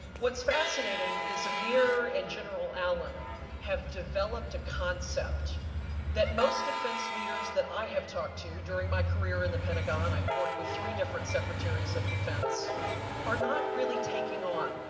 what's fascinating is amir and general allen have developed a concept that most defense leaders that i have talked to during my career in the pentagon i worked with three different secretaries of defense are not really taking on.